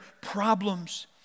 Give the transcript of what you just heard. problems